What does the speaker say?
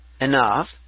enough